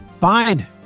Fine